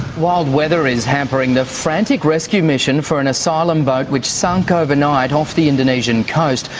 wild weather is hampering the frantic rescue mission for an asylum boat which sunk overnight off the indonesian coast.